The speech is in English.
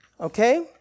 Okay